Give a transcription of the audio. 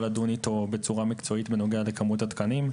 לדון אתו בצורה מקצועית בנוגע למספר התקנים,